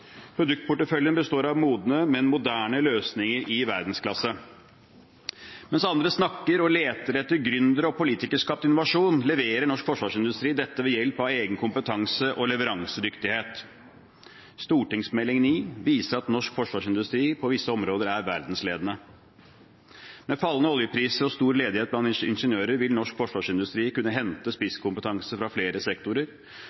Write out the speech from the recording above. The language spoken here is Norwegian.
Produktporteføljen består av modne, men moderne løsninger i verdensklasse. Mens andre snakker og leter etter gründere og politikerskapt innovasjon, leverer norsk forsvarsindustri dette ved hjelp av egen kompetanse og leveransedyktighet. Meld. St. 9 for 2015–2016 viser at norsk forsvarsindustri på visse områder er verdensledende. Med fallende oljepriser og stor ledighet blant ingeniører vil norsk forsvarsindustri kunne hente